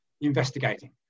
investigating